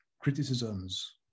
criticisms